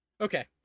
Okay